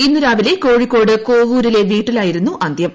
ഇന്നു രാവിലെ കോഴിക്കോട് കോവൂരിലെ വീട്ടിലായിരുന്നു അന്ത്യം